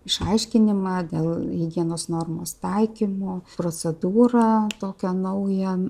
išaiškinimą dėl higienos normos taikymo procedūrą tokią naują